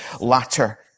latter